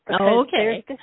Okay